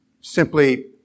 simply